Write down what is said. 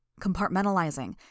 Compartmentalizing